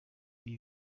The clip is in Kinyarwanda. ibi